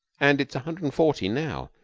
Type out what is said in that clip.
and it's a hundred and forty now,